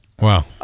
Wow